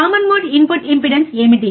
common mode input impedance ఏమిటి